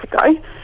ago